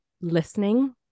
listening